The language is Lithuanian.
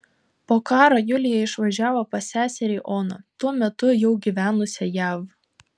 po karo julija išvažiavo pas seserį oną tuo metu jau gyvenusią jav